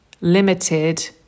limited